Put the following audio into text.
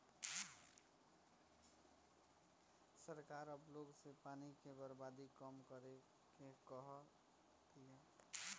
सरकार अब लोग से पानी के बर्बादी कम करे के कहा तिया